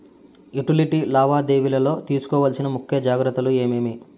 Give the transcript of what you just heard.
Utility లావాదేవీల లో తీసుకోవాల్సిన ముఖ్య జాగ్రత్తలు ఏమేమి?